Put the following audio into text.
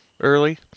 early